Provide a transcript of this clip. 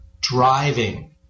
driving